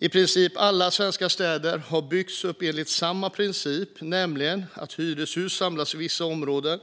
I princip alla svenska städer har byggts upp enligt samma princip, nämligen att hyreshus samlas i vissa områden,